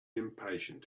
impatient